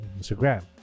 Instagram